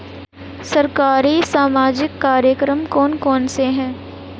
सरकारी सामाजिक कार्यक्रम कौन कौन से हैं?